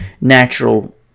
natural